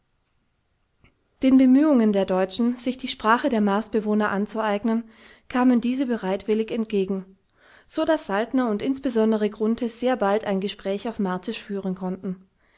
den bemühungen der deutschen sich die sprache der marsbewohner anzueignen kamen diese bereitwillig entgegen so daß saltner und insbesondere grunthe sehr bald ein gespräch auf martisch führen konnten